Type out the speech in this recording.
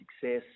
success